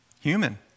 human